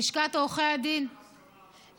לשכת עורכי הדין תומכת.